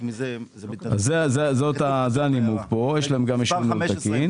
יש להם גם אישור ניהול תקין.